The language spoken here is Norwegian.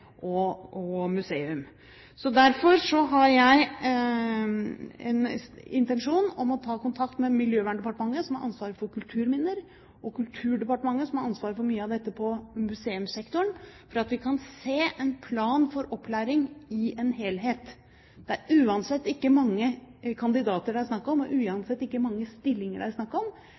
og museum. Derfor har jeg en intensjon om å ta kontakt med Miljøverndepartementet, som har ansvaret for kulturminner, og Kulturdepartementet, som har ansvaret for mye av dette på museumssektoren, for at vi kan se en plan for opplæring i en helhet. Det er uansett ikke mange kandidater det er snakk om, og uansett ikke mange stillinger det er snakk om,